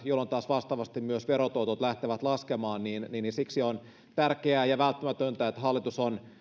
jolloin taas vastaavasti myös verotuotot lähtevät laskemaan niin niin siksi on tärkeää ja välttämätöntä että hallitus on